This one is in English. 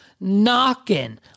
knocking